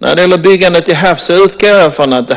När det gäller byggandet till havs utgår jag ifrån att